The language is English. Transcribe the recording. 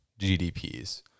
GDPs